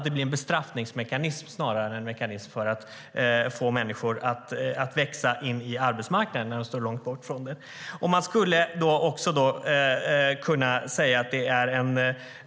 Det blir en bestraffningsmekanism snarare än en mekanism för att få människor som står långt bort från arbetsmarknaden att växa in i den.